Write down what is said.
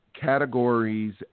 categories